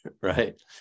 right